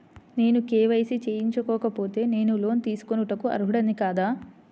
నేను కే.వై.సి చేయించుకోకపోతే నేను లోన్ తీసుకొనుటకు అర్హుడని కాదా?